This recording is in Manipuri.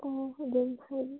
ꯑꯣ ꯑꯗꯨꯝ ꯍꯣꯏ